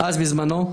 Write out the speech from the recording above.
אז בזמנו.